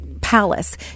Palace